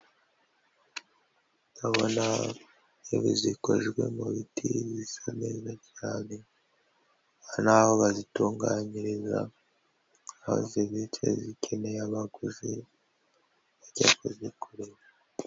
Ndabona intebe zikojwe mu biti bisa neza cyane n'aho bazitunganyiriza aho zibitse zikeneye abaguzi bajya kuzigura .